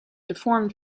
deformed